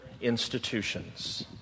institutions